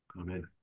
Amen